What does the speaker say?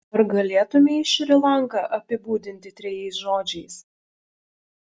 ar galėtumei šri lanką apibūdinti trejais žodžiais